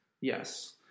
Yes